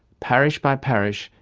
parish by parish,